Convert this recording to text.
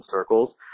circles